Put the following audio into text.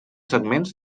segments